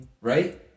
right